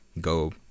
go